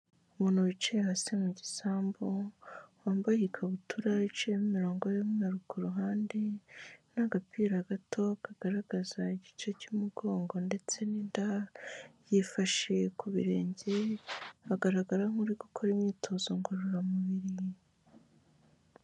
Umuntu wicaye hasi mu gisambu, wambaye ikabutura iciyemo imirongo y'umweru ku ruhande, n'agapira gato kagaragaza igice cy'umugongo ndetse n'inda, yifashe ku birenge, agaragara nk'uri gukora imyitozo ngororamubiri.